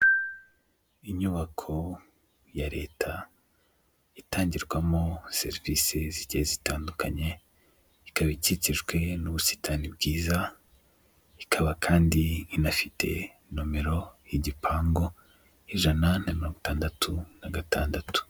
Inyubako ya leta itangirwamo serivisi zigiye zitandukanye, ikaba ikikijwe n'ubusitani bwiza, ikaba kandi inafite nomero y'igipangu ijana na mirongo itandatu na gatandatu.